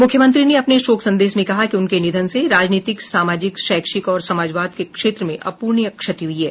मुख्यमंत्री ने अपने शोक संदेश में कहा कि उनके निधन से राजनीतिक सामाजिक शैक्षिक और समाजवाद के क्षेत्र में अपूर्णीय क्षति हुई है